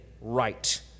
right